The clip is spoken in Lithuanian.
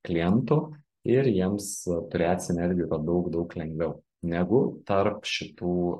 klientų ir jiems turėt sinergijų yra daug daug lengviau negu tarp šitų